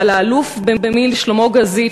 אבל האלוף במיל' שלמה גזית,